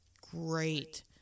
great